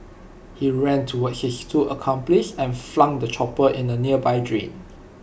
he ran towards his two accomplices and flung the chopper into A nearby drain